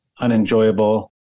unenjoyable